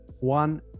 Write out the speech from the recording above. one